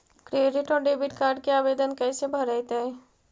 Credit और debit card के आवेदन कैसे भरैतैय?